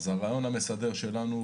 הרעיון המסדר שלנו,